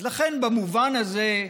לכן, במובן הזה,